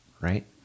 Right